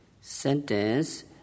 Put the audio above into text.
sentence